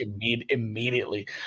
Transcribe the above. immediately